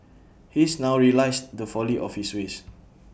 he's now realised the folly of his ways